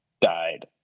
died